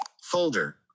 Folder